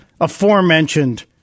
aforementioned